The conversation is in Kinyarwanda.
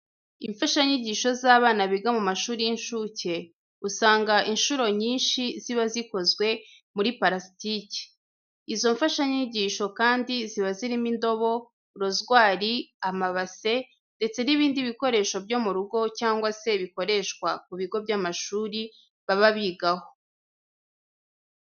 Imfashanyigisho z'abana biga mu mashuri y'incuke, usanga incuro nyinshi ziba zikozwe muri parasitike. Izo mfashanyigisho kandi ziba zirimo indobo, rozwari, amabase ndetse n'ibindi bikoresho byo mu rugo cyangwa se bikoreshwa ku bigo by'amashuri baba bigaho.